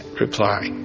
reply